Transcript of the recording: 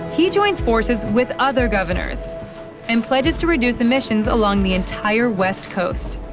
he joins forces with other governors and pledges to reduce emissions along the entire west coast.